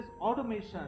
automation